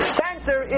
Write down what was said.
center